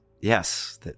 yes